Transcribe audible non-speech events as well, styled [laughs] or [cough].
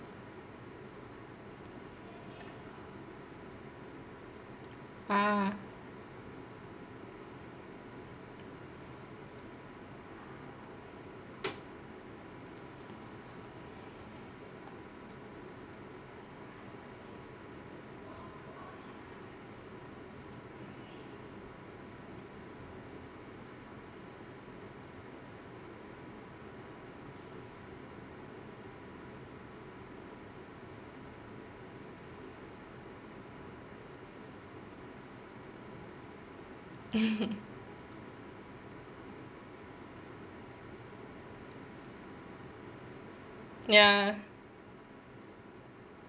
ah [laughs] ya